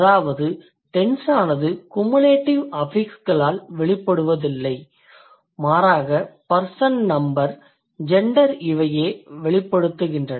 அதாவது டென்ஸ் ஆனது குமுலேட்டிவ் அஃபிக்ஸ்களால் வெளிப்படுவதில்லை மாறாக பர்சன் நம்பர் ஜெண்டர் இவையே வெளிப்படுத்துகின்றன